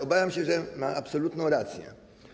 Obawiam się, że ma absolutną rację.